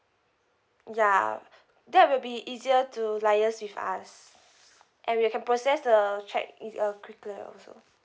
ya that will be easier to liaise with us and we can process the cheque easier uh quicker also